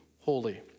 holy